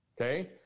Okay